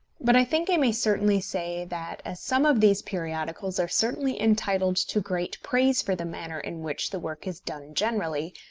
but i think i may certainly say that as some of these periodicals are certainly entitled to great praise for the manner in which the work is done generally,